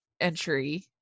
entry